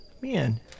Man